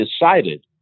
decided